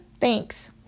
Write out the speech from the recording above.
Thanks